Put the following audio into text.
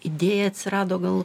idėja atsirado gal